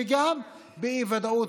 וגם באי-ודאות,